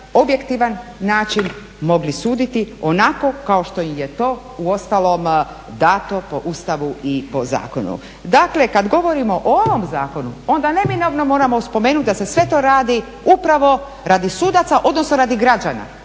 objektivan način mogli suditi onako kao što im je to uostalom dano po Ustavu i po zakonu. Dakle, kada govorimo o ovom zakonu onda neminovno moramo spomenuti da se sve to radi upravo radi sudaca, odnosno radi građana.